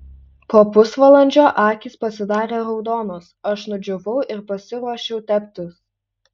po pusvalandžio akys pasidarė raudonos aš nudžiūvau ir pasiruošiau teptis